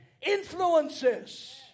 influences